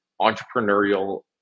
entrepreneurial